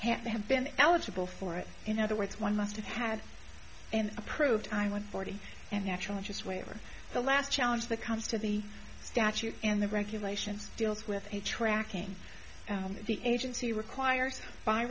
have been eligible for it in other words one must have had an approved time one forty and natural interest waiver the last challenge the comes to the statute and the regulations deals with a tracking the agency requires by